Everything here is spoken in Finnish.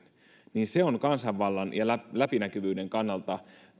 niin uskallan väittää että se on kansanvallan ja läpinäkyvyyden kannalta